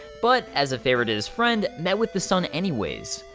but as a favor to his friend, met with the son anyways.